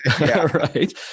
right